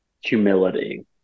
Humility